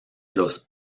los